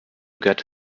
get